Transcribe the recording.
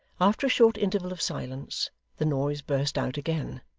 after a short interval of silence the noise burst out again.